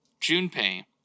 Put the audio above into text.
Junpei